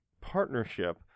partnership